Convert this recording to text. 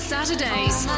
Saturdays